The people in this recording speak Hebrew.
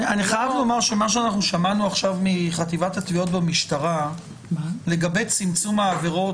ששמענו עכשיו מחטיבת התביעות במשטרה לגבי צמצום העבירות